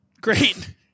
great